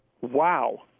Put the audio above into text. Wow